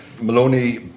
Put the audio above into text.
Maloney